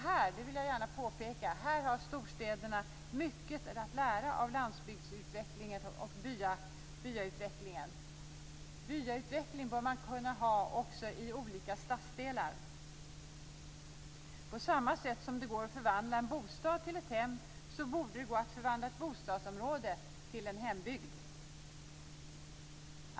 Här har storstäderna mycket att lära av landsbygdsutvecklingen och byautvecklingen. Det vill jag gärna påpeka. Man bör kunna ha byautveckling i olika stadsdelar också. På samma sätt som det går att förvandla en bostad till ett hem, borde det gå att förvandla ett bostadsområde till en hembygd.